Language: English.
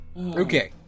Okay